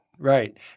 Right